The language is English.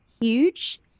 huge